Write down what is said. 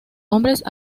hombres